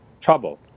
trouble